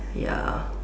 ya